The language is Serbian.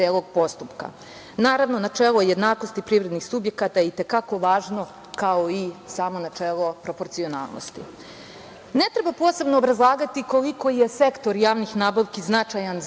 Naravno, načelo jednakosti privrednih subjekata je i te kako važno, kao i samo načelo proporcionalnosti. Ne treba posebno obrazlagati koliko je sektor javnih nabavki značajan za